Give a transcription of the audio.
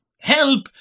help